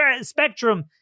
spectrum